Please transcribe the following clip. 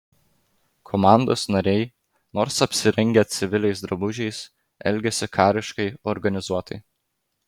komandos nariai nors apsirengę civiliais drabužiais elgėsi kariškai organizuotai